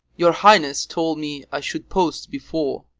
your highness told me i should post before.